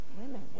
Women